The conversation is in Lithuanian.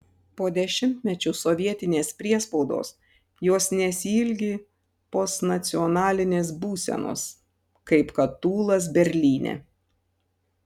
po dešimtmečių sovietinės priespaudos jos nesiilgi postnacionalinės būsenos kaip kad tūlas berlyne